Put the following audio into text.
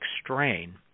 strain